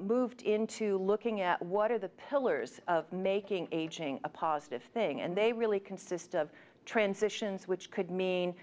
moved into looking at what are the pillars of making aging a positive thing and they really consist of transitions which could mean